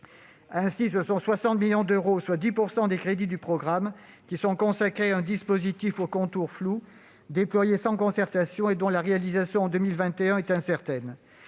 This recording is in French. Ainsi, ce sont 60 millions d'euros, soit 10 % des crédits du programme, qui sont consacrés à un dispositif aux contours flous, déployé sans concertation et dont la réalisation en 2021 est incertaine.